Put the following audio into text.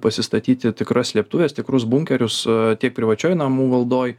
pasistatyti tikras slėptuves tikrus bunkerius tiek privačioj namų valdoj